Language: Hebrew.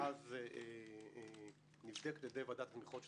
ואז נבדקת על-ידי ועדת התמיכות של